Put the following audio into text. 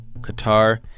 Qatar